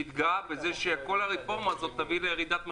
שהתגאה שכל הרפורמה הזאת תביא לירידת מחירים.